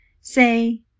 Say